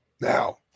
now